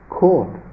caught